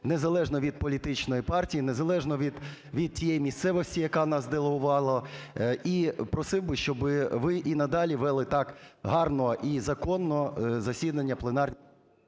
незалежно від політичної партії, незалежно від тієї місцевості, яка нас делегувала, і просив би, щоб ви і надалі вели так гарно і законно засідання...